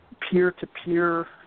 peer-to-peer